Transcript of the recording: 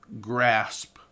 grasp